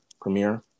premiere